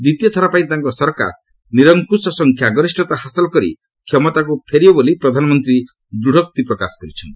ଦ୍ୱିତୀୟଥର ପାଇଁ ତାଙ୍କ ସରକାର ନିରଙ୍କୁଶ ସଂଖ୍ୟା ଗରିଷତା ହାସଲ କରି କ୍ଷମତାକୁ ଆସିବ ବୋଲି ପ୍ରଧାନମନ୍ତ୍ରୀ ଦୂଢୋକ୍ତି ପ୍ରକାଶ କରିଛନ୍ତି